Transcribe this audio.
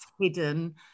hidden